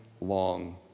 long